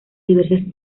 diversas